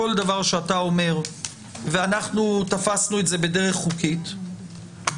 כל דבר שהוא אומר ואנחנו תפסנו את זה בדרך חוקית ולגיטימית,